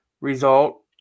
result